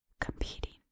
competing